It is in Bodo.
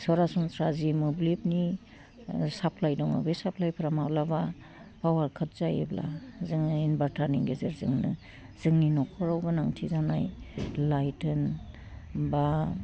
सरासनस्रा जि मोब्लिबनि साप्लाइ दङ बे साप्लाइफोरा माब्लाबा पावार काट जायोब्ला जोङो इनभार्टारनि गेजेरजोंनो जोंनि नखराव गोनांथि जानाय लाइट होन बा